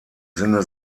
sinne